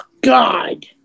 God